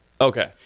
Okay